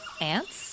ants